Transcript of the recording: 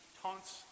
taunts